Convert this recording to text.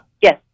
Yes